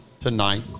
tonight